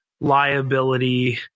liability